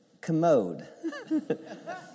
commode